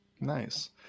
Nice